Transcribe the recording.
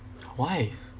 why